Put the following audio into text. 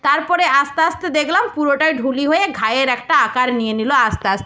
তারপরে আস্তে আস্তে দেখলাম পুরোটাই ঢুলি হয়ে ঘায়ের একটা আকার নিয়ে নিলো আস্তে আস্তে